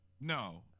No